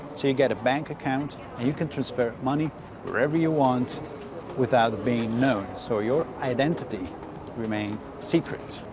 you you get a bank account and you can transfer money wherever you want without being known. so, your identity remained secret.